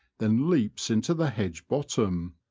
then leaps into the hedge-bottom.